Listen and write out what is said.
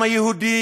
העם היהודי,